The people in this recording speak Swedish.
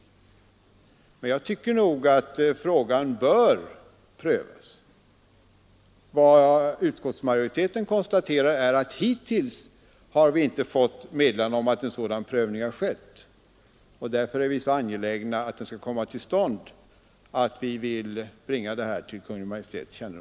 Men jag tycker att frågan bör prövas. Vad utskottsmajoriteten konstaterar är att vi hittills inte har fått meddelande om att en sådan prövning har skett. Vi är därför så angelägna om att den skall komma till stånd, att vi vill bringa detta till Kungl. Maj:ts kännedom.